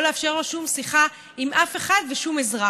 ישראל?